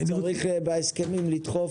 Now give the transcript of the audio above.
צריך בהסכמים לדחוף,